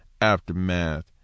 aftermath